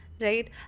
Right